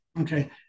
Okay